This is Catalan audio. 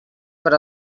per